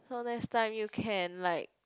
so next time you can like